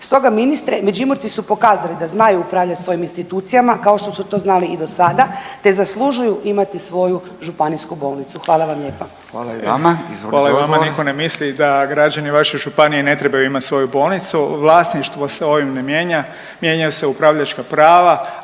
Stoga ministre Međimurci su pokazali da znaju upravljati svojim institucijama kao što su to znali i do sada te zaslužuju imati svoju županijsku bolnicu. Hvala vam lijepa. **Radin, Furio (Nezavisni)** Hvala i vama. **Beroš, Vili (HDZ)** Hvala. Nitko ne misli da građani vaše županije ne trebaju imati svoju bolnicu. Vlasništvo se ovim ne mijenja. Mijenjaju se upravljačka prava,